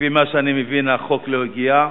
לפי מה שאני מבין החוק לא הגיע.